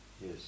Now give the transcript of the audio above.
Yes